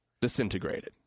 disintegrated